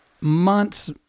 months